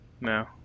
No